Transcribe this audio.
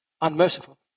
unmerciful